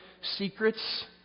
secrets